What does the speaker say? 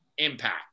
Impact